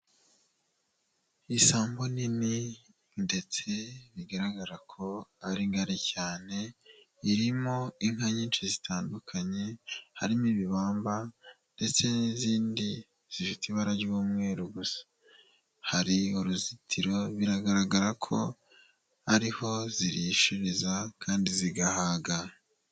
Isambu nini ndetse bigaragara ko ari ngari cyane irimo inka nyinshi zitandukanye, harimo ibibamba ndetse n'izindi zifite ibara ry'umweru gusa, hari uruzitiro biragaragara ko ariho zirishiriza kandi zigahaga.